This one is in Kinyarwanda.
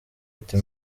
ati